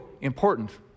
important